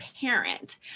parent